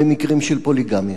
במקרים של פוליגמיה?